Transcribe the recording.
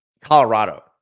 Colorado